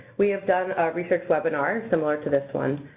we have done research webinars similar to this one.